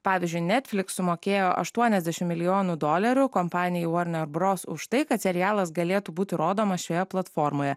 pavyzdžiui netfliks sumokėjo aštuoniasdešimt milijonų dolerių kompanijai vorner bros už tai kad serialas galėtų būti rodomas šioje platformoje